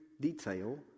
detail